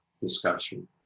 discussion